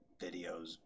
videos